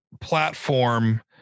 platform